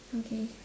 okay